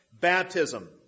baptism